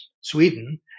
Sweden